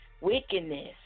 wickedness